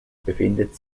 befindet